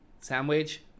sandwich